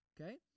okay